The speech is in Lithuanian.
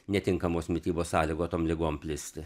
netinkamos mitybos sąlygotom ligom plisti